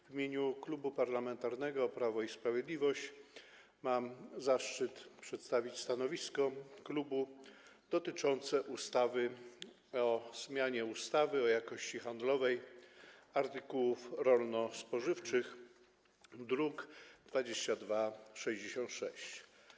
W imieniu Klubu Parlamentarnego Prawo i Sprawiedliwość mam zaszczyt przedstawić stanowisko klubu dotyczące ustawy o zmianie ustawy o jakości handlowej artykułów rolno-spożywczych, druk nr 2266.